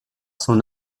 son